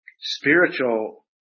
spiritual